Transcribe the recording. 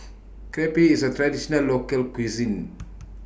Crepe IS A Traditional Local Cuisine